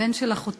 הבן של אחותי,